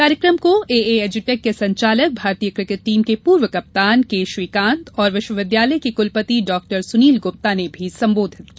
कार्यकम को एए एजुटेक के संचालक भारतीय किकेट टीम के पूर्व कप्तान के श्रीकान्त और विश्वविद्यालय के कुलपति डाक्टर सुनील गुप्ता ने भी सम्बोधित किया